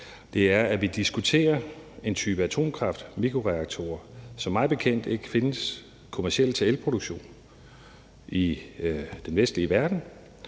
er, at vi diskuterer en type atomkraft, mikroreaktorer, som mig bekendt ikke findes kommercielt til elproduktion i den vestlige verden,